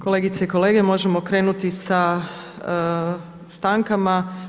Kolegice i kolege, možemo krenuti sa stankama.